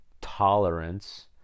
tolerance